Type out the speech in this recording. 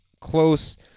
close